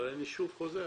אבל אני שוב חוזר.